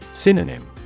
Synonym